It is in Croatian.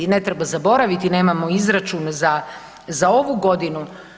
I ne treba zaboraviti, nemamo izračun za, za ovu godinu.